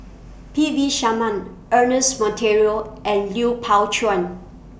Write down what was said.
P V Sharma Ernest Monteiro and Lui Pao Chuen